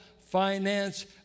finance